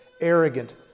arrogant